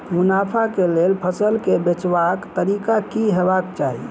मुनाफा केँ लेल फसल केँ बेचबाक तरीका की हेबाक चाहि?